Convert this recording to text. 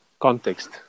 context